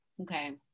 okay